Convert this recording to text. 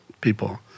people